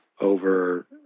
over